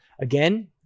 Again